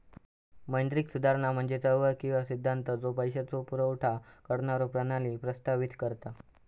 मौद्रिक सुधारणा म्हणजे चळवळ किंवा सिद्धांत ज्यो पैशाचो पुरवठा करणारो प्रणाली प्रस्तावित करता